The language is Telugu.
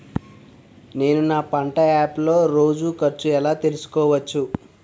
నేను నా పంట యాప్ లో రోజు ఖర్చు ఎలా తెల్సుకోవచ్చు?